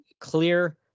clear